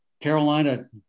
Carolina